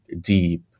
deep